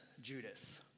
Judas